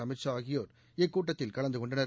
அமித் ஷா ஆகியோர் இக்கூட்டத்தில் கலந்து கொண்டனர்